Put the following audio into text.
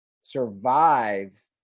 survive